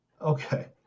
Okay